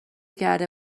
کرده